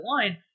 line